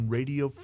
Radio